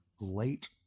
late